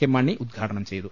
K Mani ഉദ്ഘാടനം ചെയ്തു